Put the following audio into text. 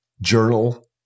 journal